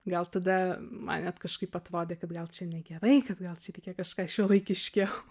gal tada man net kažkaip atrodė kad gal čia negerai kad gal čia reikia kažką šiuolaikiškiau